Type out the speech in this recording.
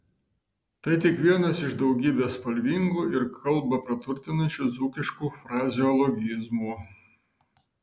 tai tik vienas iš daugybės spalvingų ir kalbą praturtinančių dzūkiškų frazeologizmų